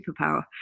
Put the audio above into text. superpower